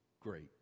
great